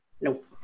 nope